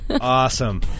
Awesome